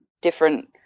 different